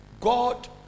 God